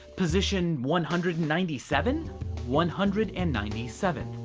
position one hundred and ninety seven one hundred and ninety-seventh.